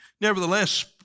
Nevertheless